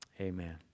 Amen